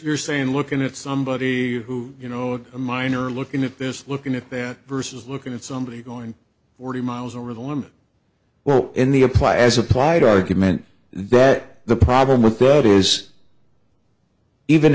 saying looking at somebody who you know a minor looking at this looking at their versus looking at somebody going forty miles over the limit well in the apply as applied argument that the problem with that is even